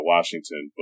Washington